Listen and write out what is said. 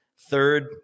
third